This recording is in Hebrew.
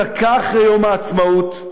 דקה אחרי יום העצמאות,